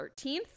13th